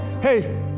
hey